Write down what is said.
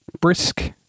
Brisk